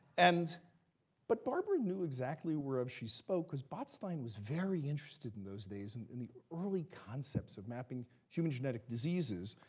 and but barbara knew exactly whereof she spoke, because botstein was very interested, in those days, and in the early concepts of mapping human genetic diseases,